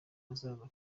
hazaza